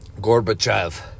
Gorbachev